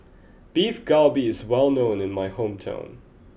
Beef Galbi is well known in my hometown